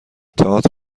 تئاتر